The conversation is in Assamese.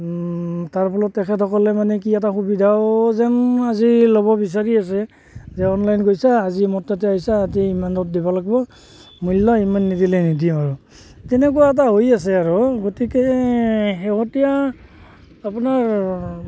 তাৰ ফলত তেখেতসকলে মানে কি এটা সুবিধাও যেন আজি ল'ব বিচাৰি আছে যে অনলাইন গৈছা আজৰি মোৰ তাতে আহিছে আজি ইমানত দিব লাগিব মূল্য ইমান নিদিলে নিদিওঁ আৰু তেনেকুৱা এটা হৈ আছে আৰু গতিকে শেহতীয়া আপোনাৰ